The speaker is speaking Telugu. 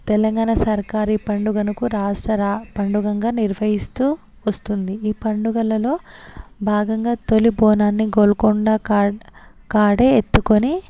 తెలంగాణ సర్కారీ పండుగకు రాష్ట్ర పండుగంగా నిర్వహిస్తూ వస్తుంది ఈ పండుగలలో భాగంగా తొలి బోనాన్ని గోల్కొండ కా కాడే ఎత్తుకొని